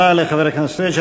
תודה לחבר הכנסת פריג'.